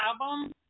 album